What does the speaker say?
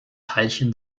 teilchen